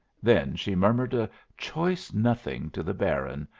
then she murmured a choice nothing to the baron,